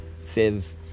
says